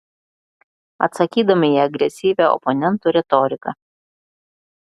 atsakydami į agresyvią oponentų retoriką